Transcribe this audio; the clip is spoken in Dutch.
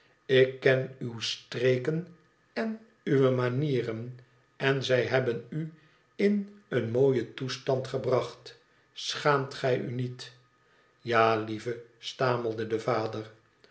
ik ken uwe streken en uwe manieren en zij hebben u in een mooien toestand gebracht schaamt gij u niet tja lieve stamelde de vader